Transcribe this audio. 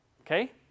Okay